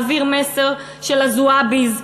מעביר מסר של ה"זועביז",